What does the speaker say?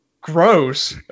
gross